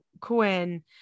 Quinn